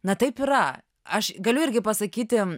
na taip yra aš galiu irgi pasakyti